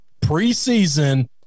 preseason